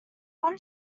one